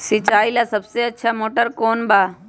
सिंचाई ला सबसे अच्छा मोटर कौन बा?